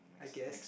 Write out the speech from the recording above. I guess